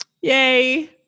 yay